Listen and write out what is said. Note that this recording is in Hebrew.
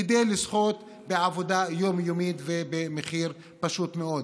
כדי לזכות בעבודה יום-יומית במחיר פשוט מאוד.